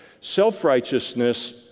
Self-righteousness